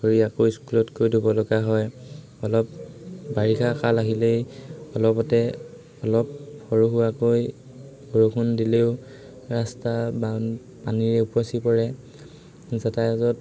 ভৰি আকৌ স্কুলত গৈ ধুব লগা হয় অলপ বাৰিষা কাল আহিলেই অলপতে অলপ সৰু সুৰাকৈ বৰষুণ দিলেও ৰাস্তা বা পানীৰে উপচি পৰে যাতায়াতত